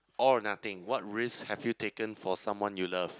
or nothing what risk have you taken for someone you love